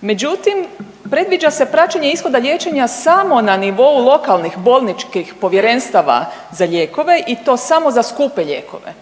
međutim predviđa se praćenje ishoda liječenja samo na nivou lokalnih bolničkih povjerenstva za lijekove i to samo za skupe lijekove.